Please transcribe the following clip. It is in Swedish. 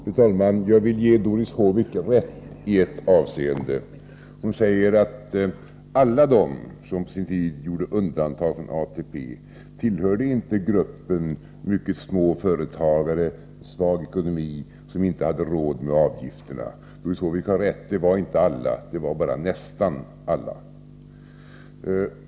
Fru talman! Jag vill ge Doris Håvik rätt i ett avseende. Hon säger att alla de som på sin tid gjorde undantag från ATP inte tillhörde gruppen mycket små företag med mycket svag ekonomi som inte hade råd med avgifterna. Doris Håvik har rätt — det var inte alla, det var bara nästan alla.